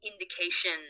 indication